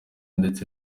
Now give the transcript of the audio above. ndetse